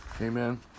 Amen